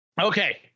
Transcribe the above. okay